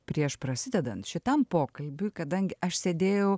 prieš prasidedant šitam pokalbiui kadangi aš sėdėjau